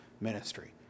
ministry